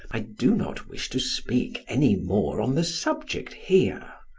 i do not wish to speak any more on the subject here.